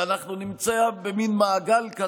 ואנחנו נימצא במין מעגל כזה,